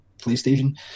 PlayStation